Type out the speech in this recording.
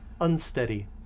unsteady